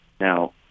Now